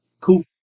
cool